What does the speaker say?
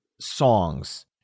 songs